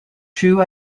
true